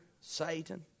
Satan